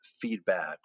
feedback